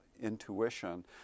intuition